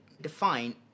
define